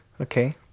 Okay